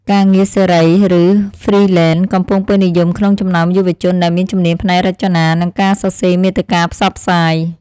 ការងារសេរី ឬហ្វ្រីឡែនកំពុងពេញនិយមក្នុងចំណោមយុវជនដែលមានជំនាញផ្នែករចនា និងការសរសេរមាតិកាផ្សព្វផ្សាយ។